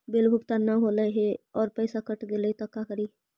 Bill भुगतान न हौले हे और पैसा कट गेलै त का करि?